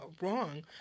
wrong